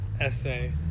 essay